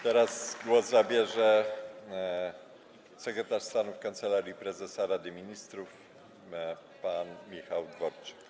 Teraz głos zabierze sekretarz stanu w Kancelarii Prezesa Rady Ministrów pan Michał Dworczyk.